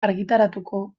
argitaratuko